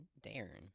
Darren